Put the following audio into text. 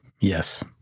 Yes